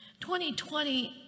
2020